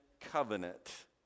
covenant